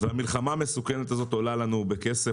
והמלחמה המסוכנת הזו עולה לנו בכסף,